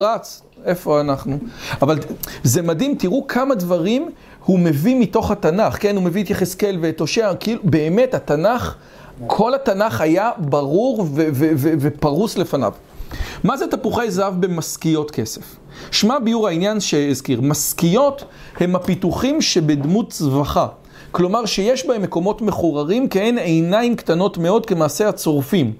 איפה אנחנו? אבל זה מדהים, תראו כמה דברים הוא מביא מתוך התנ"ך, כן? הוא מביא את יחזקאל ואת אושר, כאילו באמת התנ"ך, כל התנ"ך היה ברור ופרוס לפניו. מה זה תפוחי זהב במשכיות כסף? שמה ביור העניין שהזכיר? משכיות הם הפיתוחים שבדמות צבחה, כלומר שיש בהם מקומות מחוררים כהן עיניים קטנות מאוד כמעשה הצורפים.